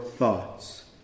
thoughts